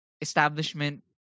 establishment